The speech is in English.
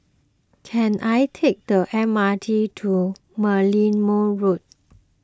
can I take the M R T to Merlimau Road